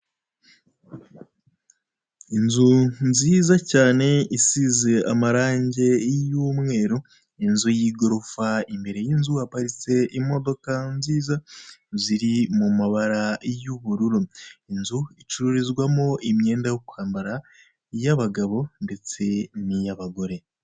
Inzu nziza cyane isize amarange y'umweru, inzu y'igorofa imbere y'inzu haparitse imodoka nziza ziri mu mabara y'ubururu. Inzu icururizwamo imyenda yo kwambara iy'abagabo ndetse n'iy'abagore.